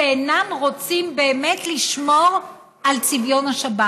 שאינם רוצים באמת לשמור על צביון השבת.